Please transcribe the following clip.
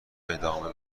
ادامه